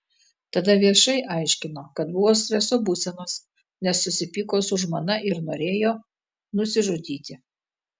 tada viešai aiškino kad buvo streso būsenos nes susipyko su žmona ir norėjo nusižudyti